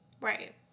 Right